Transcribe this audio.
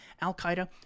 Al-Qaeda